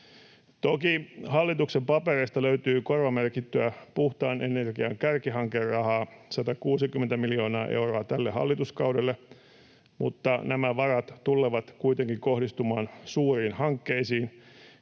Toki hallituksen papereista löytyy korvamerkittyä puhtaan energian kärkihankerahaa 160 miljoonaa euroa tälle hallituskaudelle, mutta nämä varat tulevat kuitenkin kohdistumaan suuriin hankkeisiin